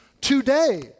today